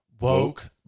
Woke